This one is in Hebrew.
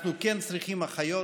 אנחנו כן צריכים אחיות.